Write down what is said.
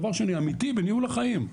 דבר שני אמיתי בניהול החיים,